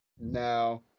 No